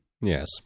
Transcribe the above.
Yes